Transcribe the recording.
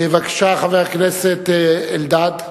בבקשה, חבר הכנסת אלדד.